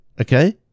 Okay